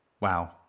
Wow